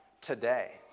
today